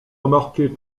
remarquer